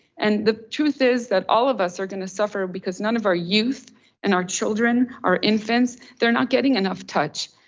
and the truth is that all of us are gonna suffer because none of our youth and our children, our infants, they're not getting enough touch.